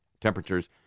temperatures